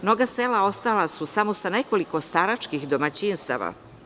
Mnoga sela ostala su samo sa nekoliko staračkih domaćinstava.